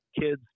kids